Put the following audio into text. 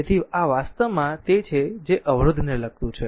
તેથી આ વાસ્તવમાં તે છે જે અવરોધને લગતું છે